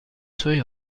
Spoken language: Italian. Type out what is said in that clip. suoi